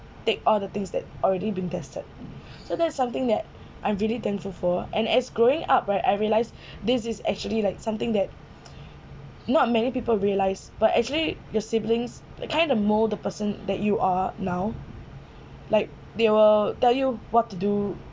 take all the things that already been tested so that is something that I'm really thankful for and as growing up right I realise this is actually like something that not many people realise but actually the siblings the kind of mold the person that you are now like they will tell you what to do